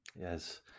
Yes